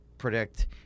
predict